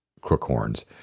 Crookhorns